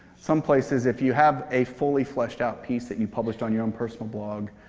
some places, if you have a fully fleshed out piece that you published on your own personal blog